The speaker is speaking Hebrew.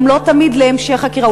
גם לא תמיד להמשך חקירה,